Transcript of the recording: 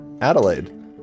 Adelaide